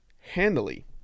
handily